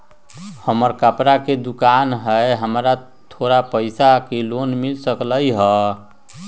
हमर कपड़ा के दुकान है हमरा थोड़ा पैसा के लोन मिल सकलई ह?